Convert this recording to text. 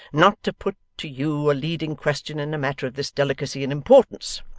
not to put to you a leading question in a matter of this delicacy and importance.